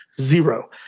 zero